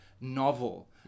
novel